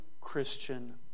Christian